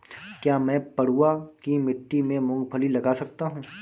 क्या मैं पडुआ की मिट्टी में मूँगफली लगा सकता हूँ?